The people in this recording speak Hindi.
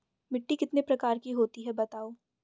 मिट्टी कितने प्रकार की होती हैं बताओ?